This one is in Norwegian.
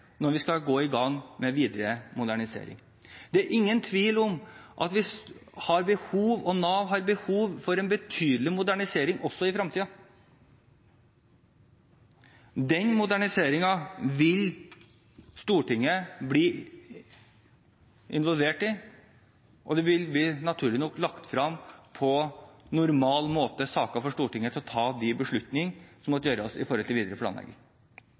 når vi skal gå i gang med videre modernisering. Det er ingen tvil om at vi – og Nav – har behov for en betydelig modernisering også i fremtiden. Den moderniseringen vil Stortinget bli involvert i, og det vil naturlig nok bli lagt frem saker på normal måte for Stortinget, slik at de kan ta de beslutningene som må tas med tanke på den videre planleggingen. Jeg skal i